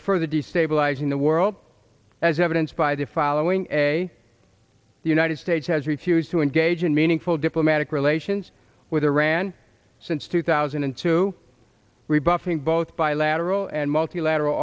are further destabilizing the world as evidenced by the following day the united states has refused to engage in meaningful diplomatic relations with iran since two thousand and two rebuffing both bilateral and multilateral